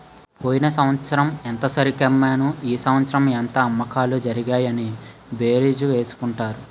పోయిన సంవత్సరం ఎంత సరికన్నాము ఈ సంవత్సరం ఎంత అమ్మకాలు జరిగాయి అని బేరీజు వేసుకుంటారు